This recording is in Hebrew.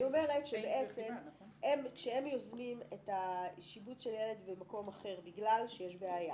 היא אומרת שכאשר הם יוזמים את שיבוץ הילד במקום אחר בגלל שיש בעיה.